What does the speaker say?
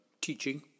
teaching